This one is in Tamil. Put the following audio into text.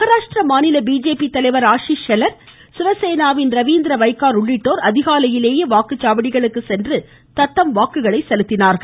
மகாராஷட்ரா மாநில பிஜேபி தலைவர் ஆஷிஷ் ஷெலர் சிவசேனாவின் ரவீந்திர வைக்கார் உள்ளிட்டோர் அதிகாலையிலேயே வாக்குச்சாவடிகளுக்கு சென்ற தத்தம் வாக்குகளை செலுத்தினார்கள்